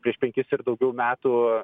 prieš penkis ir daugiau metų